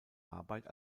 arbeit